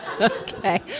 Okay